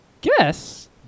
Guess